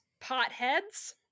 potheads